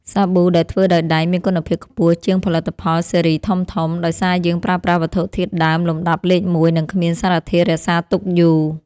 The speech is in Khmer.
សាប៊ូដែលធ្វើដោយដៃមានគុណភាពខ្ពស់ជាងផលិតផលស៊េរីធំៗ ដោយសារយើងប្រើប្រាស់វត្ថុធាតុដើមលំដាប់លេខមួយ និងគ្មានសារធាតុរក្សាទុកយូរ។